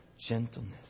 gentleness